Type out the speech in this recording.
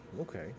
okay